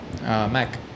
Mac